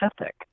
ethic